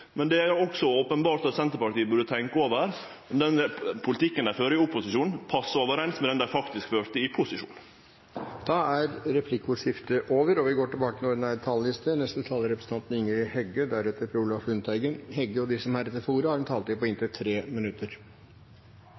men det er også openbert at Senterpartiet burde tenkje over om den politikken dei fører i opposisjon, stemmer overeins med den dei faktisk førte i posisjon. Replikkordskiftet er over. De talere som heretter får ordet, har en taletid på inntil 3 minutter. Så får regjeringa i dag nok ei sak i retur, og så får ein